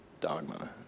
dogma